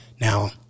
Now